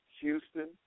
Houston